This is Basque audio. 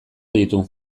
ditu